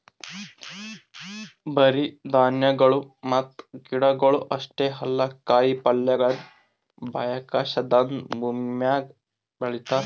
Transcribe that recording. ಬರೇ ಧಾನ್ಯಗೊಳ್ ಮತ್ತ ಗಿಡಗೊಳ್ ಅಷ್ಟೇ ಅಲ್ಲಾ ಕಾಯಿ ಪಲ್ಯಗೊಳನು ಬಾಹ್ಯಾಕಾಶದಾಂದು ಭೂಮಿಮ್ಯಾಗ ಬೆಳಿತಾರ್